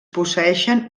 posseeixen